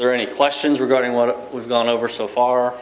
or any questions regarding what we've gone over so far